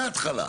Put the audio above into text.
מהתחלה.